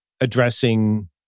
addressing